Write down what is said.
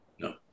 no